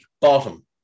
bottom